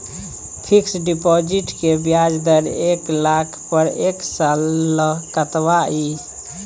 Fixed deposit के ब्याज दर एक लाख पर एक साल ल कतबा इ?